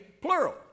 plural